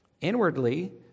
inwardly